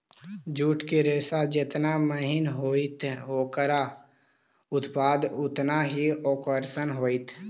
jute के रेशा जेतना महीन होतई, ओकरा उत्पाद उतनऽही आकर्षक होतई